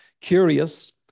curious